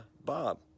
Bob